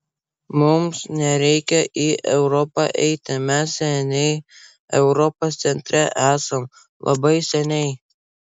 mums nereikia į europą eiti mes seniai europos centre esam labai seniai